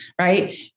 Right